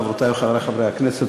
חברותי וחברי חברי הכנסת,